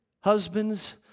Husbands